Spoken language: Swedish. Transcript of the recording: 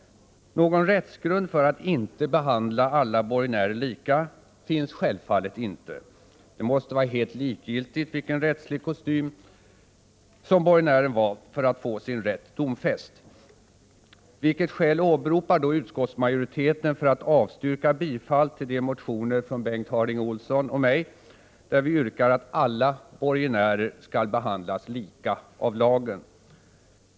Någon rättsgrund för att inte behandla alla borgenärer lika finns självfallet inte. Det måste vara helt likgiltigt vilken rättslig kostym som borgenären valt för att få sin rätt domfäst. Vilket skäl åberopar då utskottsmajoriteten för att avstyrka bifall till de motioner från Bengt Harding Olson och mig, där vi yrkar att alla borgenärer skall behandlas lika av lagen?